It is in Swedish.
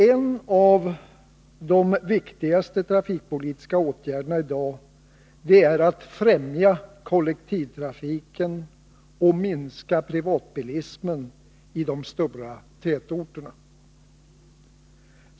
En av de viktigaste trafikpolitiska åtgärderna i dag är att främja kollektivtrafiken och att minska privatbilismen i de stora tätorterna.